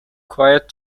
quiet